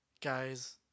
Guys